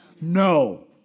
No